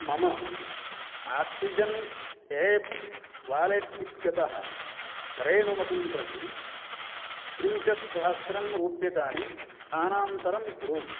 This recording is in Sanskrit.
मम आक्सिजेन् एप् वालेट् इत्यतः करेणुमतिं प्रति त्रिंशत् सहस्रं रूप्यकाणि स्थानान्तरं कुरु